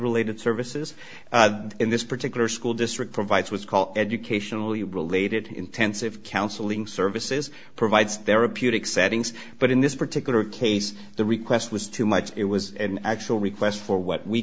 related services in this particular school district provides was called educationally related intensive counseling services provides therapeutic settings but in this particular case the request was too much it was an actual request for what we